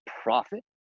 profit